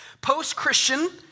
Post-Christian